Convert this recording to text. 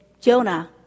Jonah